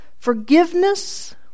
Forgiveness